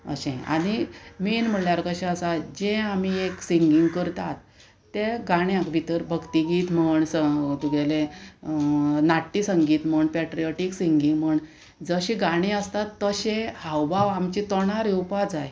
अशें आनी मेन म्हणल्यार कशें आसा जें आमी एक सिंगींग करतात ते गाण्याक भितर भक्तीगीत म्हण वा तुगेले नाट्य संगीत म्हण पेट्रिऑटीक सिंगींग म्हण जशे गाणी आसतात तशे हाव भाव आमचे तोंडार येवपा जाय